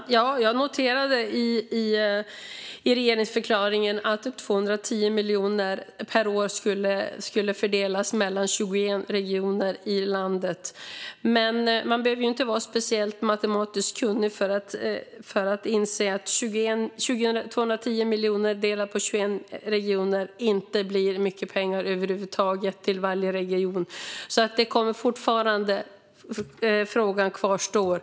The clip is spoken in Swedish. Fru talman! Jag noterade i regeringsförklaringen att 210 miljoner per år skulle fördelas mellan 21 regioner i landet. Man behöver dock inte vara speciellt matematiskt kunnig för att inse att 210 miljoner delat på 21 regioner inte blir mycket pengar till varje region. Frågan kvarstår.